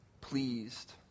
pleased